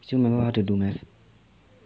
still remember how to do math